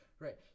Right